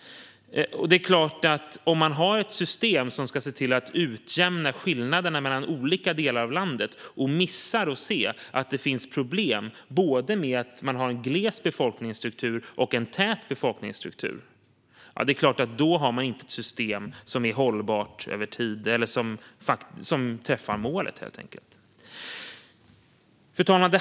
Om man har ett system som ska utjämna skillnaderna mellan olika delar av landet och missar att se att det finns problem med att man har både en gles befolkningsstruktur och en tät befolkningsstruktur är det klart att man inte har ett system som är hållbart över tid eller som träffar målet. Fru talman!